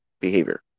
behavior